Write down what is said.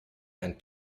and